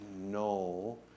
No